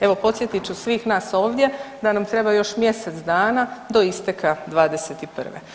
evo podsjetit ću svih nas ovdje da nam treba još mjesec dana do isteka '21.